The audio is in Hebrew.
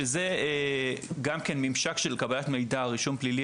שזה גם כן ממשק של קבלת מידע על רישום פלילי